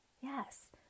yes